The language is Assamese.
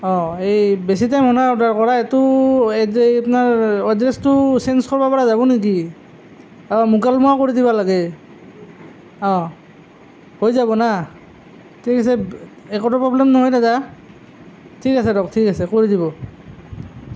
অঁ এই বেছি টাইম হোৱা নাই অৰ্ডাৰ কৰা এইটো এড্ৰেছটো চেঞ্জ কৰিব পৰা যাব নেকি অঁ মুকালমুৱা কৰি দিব লাগে অঁ হৈ যাব না ঠিক আছে একোতো প্ৰৱ্লেম নহয় দাদা ঠিক আছে দিয়ক ঠিক আছে কৰি দিব